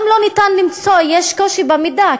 גם לא ניתן למצוא, יש קושי בקבלת מידע.